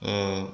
ओ